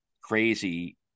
crazy